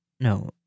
No